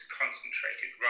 concentrated